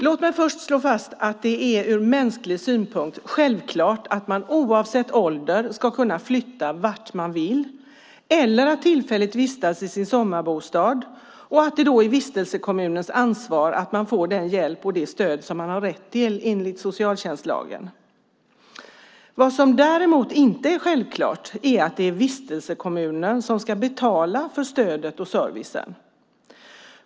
Låt mig först slå fast att det ur mänsklig synpunkt är självklart att man oavsett ålder ska kunna flytta vart man vill eller att tillfälligt vistas i sin sommarbostad och att det då är vistelsekommunens ansvar att ge den hjälp och det stöd som man har rätt till enligt socialtjänstlagen. Vad som däremot inte är självklart är att det är vistelsekommunen som ska betala för stödet och servicen.